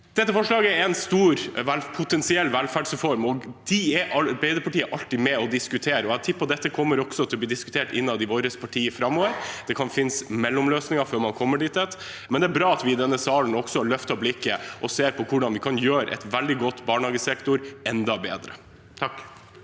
Dette forslaget er potensielt en stor velferdsreform, og det er Arbeiderpartiet alltid med på å diskutere, og jeg tipper dette også kommer til å bli diskutert innad i vårt parti framover. Det kan finnes mellomløsninger før man kommer dit, men det er bra at vi i denne salen også løfter blikket og ser på hvordan vi kan gjøre en veldig god barnehagesektor enda bedre. Elise